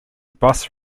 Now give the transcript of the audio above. bus